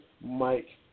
Mike